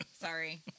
Sorry